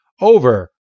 over